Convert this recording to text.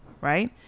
right